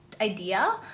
idea